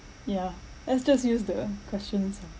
yeah let's just use the questions ah